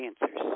answers